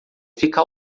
fica